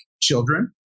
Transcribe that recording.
children